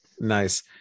Nice